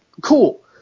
Cool